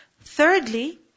Thirdly